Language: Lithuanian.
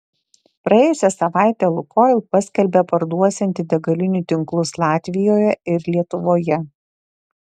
praėjusią savaitę lukoil paskelbė parduosianti degalinių tinklus latvijoje ir lietuvoje